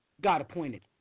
God-appointed